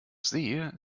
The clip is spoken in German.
see